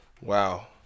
Wow